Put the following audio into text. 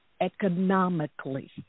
economically